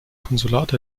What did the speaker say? konsulat